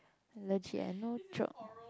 legit eh no joke